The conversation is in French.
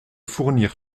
fournir